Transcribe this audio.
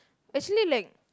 actually like